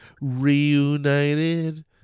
reunited